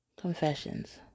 Confessions